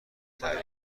تعریف